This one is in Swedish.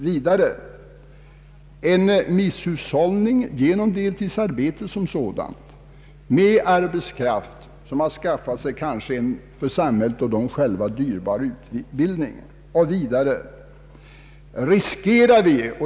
Vidare riskerar vi en misshushållning med arbetskraft som kanske skaffat sig en för samhället och dem själva dyrbar utbildning.